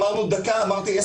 אמרנו דקה, דיברתי 10 שניות.